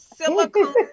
silicone